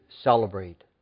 celebrate